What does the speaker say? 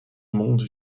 monde